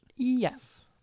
Yes